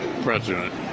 president